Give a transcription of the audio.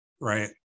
Right